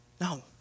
No